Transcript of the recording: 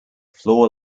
floor